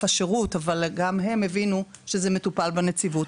השירות אבל גם הם הבינו שזה מטופל בנציבות.